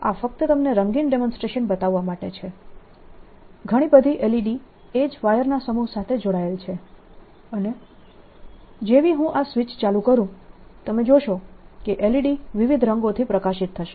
આ ફક્ત તમને રંગીન ડેમોન્સ્ટ્રેશન બતાવવા માટે છે ઘણી બધી LED એ જ વાયરના સમૂહ સાથે જોડાયેલ છે અને જેવી હું આ સ્વિચ ચાલુ કરું તમે જોશો કે LED વિવિધ રંગોથી પ્રકાશિત થશે